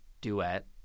duet